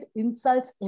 insults